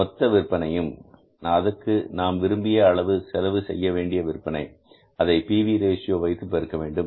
மொத்த விற்பனையும் அதற்கு நாம் விரும்பிய அளவு செய்யவேண்டிய விற்பனை அதை P V ratio PV Ratio வைத்து பெருக்க வேண்டும்